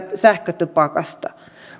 sähkötupakasta